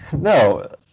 no